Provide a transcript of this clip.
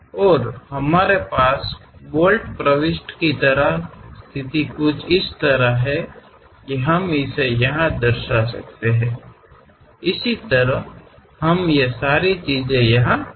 ಮತ್ತು ನಾವು ಬೋಲ್ಟ್ ಅಳವಡಿಕೆಯ ರೀತಿಯ ಸ್ಥಾನವನ್ನು ಹೊಂದಿದ್ದೇವೆ ಅದನ್ನು ನಾವು ಇಲ್ಲಿ ಪ್ರತಿನಿಧಿಸಬಹುದು ಅಂತೆಯೇ ಇದನ್ನು ನಾವು ಅಲ್ಲಿ ಪ್ರತಿನಿಧಿಸಬಹುದು